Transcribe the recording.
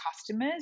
customers